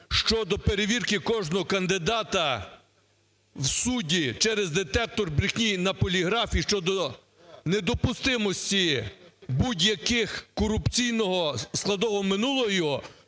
щодо перевірки кожного кандидата в судді через детектор брехні на "Поліграфі" щодо недопустимості будь-яких… корупційного складового минулого